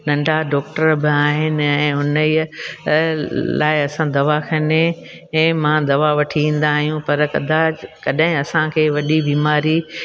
नंढा डॉक्टर बि आहिनि ऐं हुन इहा लाइ असां दवाख़ाने ऐं मां दवा वठी ईंदा आहियूं पर कदाच कॾहिं असांखे वॾी बीमारी